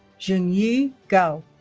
jingyi gao